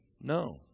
No